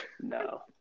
No